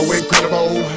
incredible